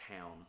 town